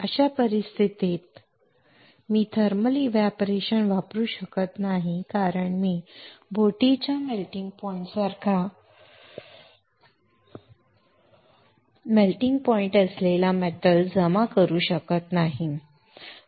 अशा परिस्थितीत मी थर्मल एव्हपोरेशन वापरू शकत नाही कारण मी बोटीच्या मेल्टिंग पॉइंट सारखा मेल्टिंग पॉइंट असलेला धातू जमा करू शकत नाही